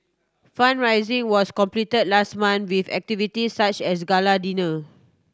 fund raising was completed last month with activities such as gala dinner